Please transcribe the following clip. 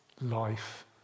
life